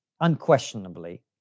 unquestionably